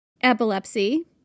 Epilepsy